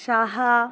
Saha